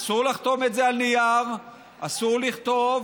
אסור לחתום את זה על נייר, אסור לכתוב,